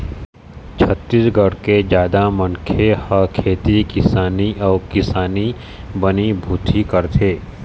छत्तीसगढ़ के जादा मनखे ह खेती किसानी अउ किसानी बनी भूथी करथे